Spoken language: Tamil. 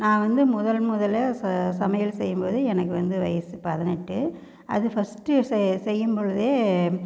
நான் வந்து முதன் முதலில் சமையல் செய்யும் போது எனக்கு வந்து வயது பதினெட்டு அது ஃபஸ்ட்டு செய்யும் பொழுதே